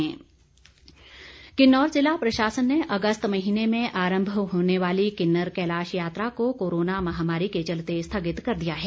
यात्रा किन्नौर जिला प्रशासन ने अगस्त महीने में आरम्भ होने वाली किन्नर कैलाश यात्रा को कोरोना महामारी के चलते स्थगित कर दिया है